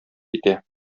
китә